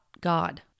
God